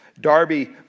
Darby